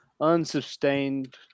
unsustained